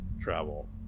Travel